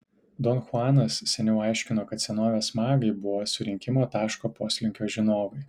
don chuanas seniau aiškino kad senovės magai buvo surinkimo taško poslinkio žinovai